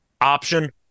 option